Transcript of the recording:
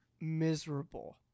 miserable